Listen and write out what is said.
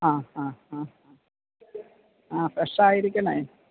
ആ ആ ആ ആ ആ ഫ്രഷ് ആയിരിക്കണേ